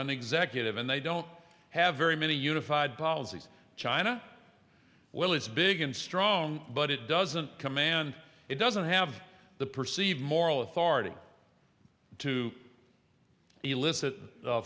an executive and they don't have very many unified policies china well it's big and strong but it doesn't command it doesn't have the perceived moral authority to illicit